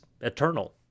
eternal